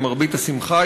למרבה השמחה,